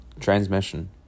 transmission